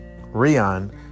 Rion